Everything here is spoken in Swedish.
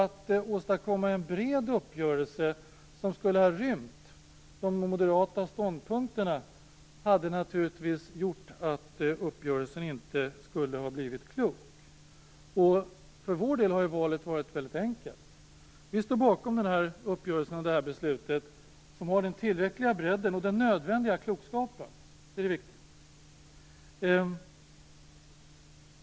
Att åstadkomma en bred uppgörelse som skulle ha rymt de moderata ståndpunkterna hade naturligtvis inneburit att uppgörelsen inte hade blivit klok. För vår del har valet varit väldigt enkelt. Vi står bakom den här uppgörelsen och det här beslutet. Det har den tillräckliga bredden och den nödvändiga klokskapen. Det är det viktiga.